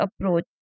approach